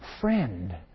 friend